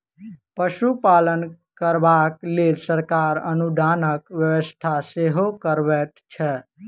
पशुपालन करबाक लेल सरकार अनुदानक व्यवस्था सेहो करबैत छै